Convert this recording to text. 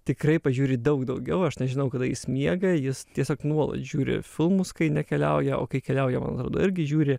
tikrai pažiūri daug daugiau aš nežinau kada jis miega jis tiesiog nuolat žiūri filmus kai nekeliauja o kai keliauja man atrodo irgi žiūri